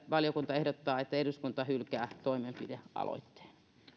valiokunta ehdottaa että eduskunta hylkää toimenpidealoitteen